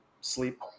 sleep